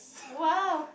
!wow!